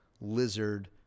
Lizard